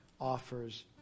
offers